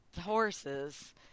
horses